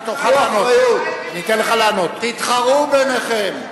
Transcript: גם אני, תתחרו ביניכם.